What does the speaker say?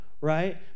right